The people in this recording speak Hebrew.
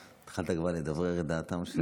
התחלת כבר לדברר את דעתם של, ש"ס?